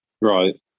Right